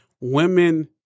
women